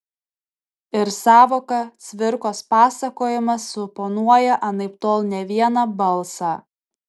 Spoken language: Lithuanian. ir sąvoka cvirkos pasakojimas suponuoja anaiptol ne vieną balsą